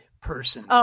person